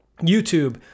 YouTube